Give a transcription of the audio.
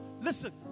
Listen